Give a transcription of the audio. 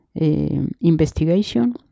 investigation